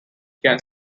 can